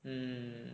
um